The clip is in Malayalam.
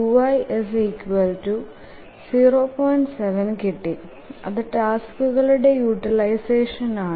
7 കിട്ടി അത് ടാസ്കുകളുടെ യൂട്ടിലൈസഷൻ ആണ്